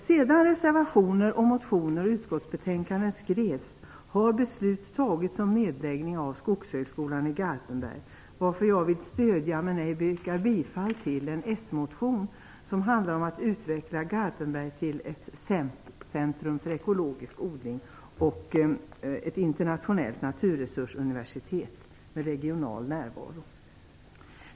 Sedan motioner, utskottsbetänkande och reservationer skrevs har beslut fattats om nedläggning av Skogshögskolan i Garpenberg, varför jag vill stödja men inte yrkar bifall till en s-motion som handlar om att utveckla Garpenberg till ett centrum för ekologisk odling och ett internationellt naturresursuniversitet med regional närvaro.